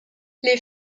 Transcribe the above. les